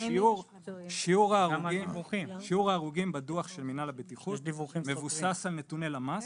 השיעור ההרוגים בדוח של מנהל הבטיחות מבוסס על נתוני למ"ס